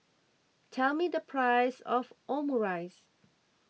tell me the price of Omurice